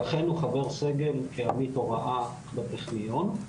ואכן הוא חבר סגל כעמית הוראה בטכניון.